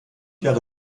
jahre